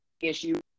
issue